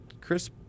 Chris